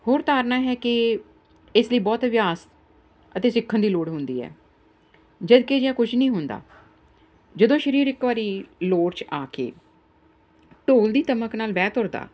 ਹੋਰ ਧਾਰਨਾ ਹੈ ਕਿ ਇਸ ਲਈ ਬਹੁਤ ਅਭਿਆਸ ਅਤੇ ਸਿੱਖਣ ਦੀ ਲੋੜ ਹੁੰਦੀ ਹੈ ਜਦਕਿ ਅਜਿਹਾ ਕੁਛ ਨਹੀਂ ਹੁੰਦਾ ਜਦੋਂ ਸਰੀਰ ਇੱਕ ਵਾਰ ਲੋਰ 'ਚ ਆ ਕੇ ਢੋਲ ਦੀ ਧਮਕ ਨਾਲ ਬਹਿ ਤੁਰਦਾ